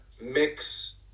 Mix